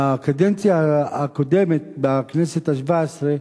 בקדנציה הקודמת, בכנסת השבע-עשרה,